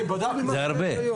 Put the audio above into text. זה הרבה.